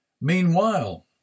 Meanwhile